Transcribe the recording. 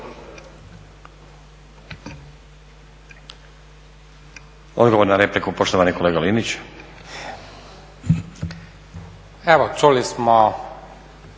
Odgovor na repliku poštovani kolega Linić. **Linić,